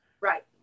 Right